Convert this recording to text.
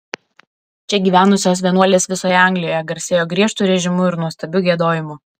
čia gyvenusios vienuolės visoje anglijoje garsėjo griežtu režimu ir nuostabiu giedojimu